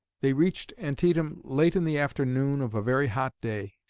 they reached antietam late in the afternoon of a very hot day,